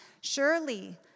surely